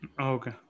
Okay